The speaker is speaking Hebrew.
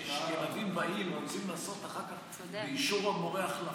כשהילדים באים ורוצים לעשות אחר כך החלפות באישור המורה,